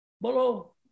Bolo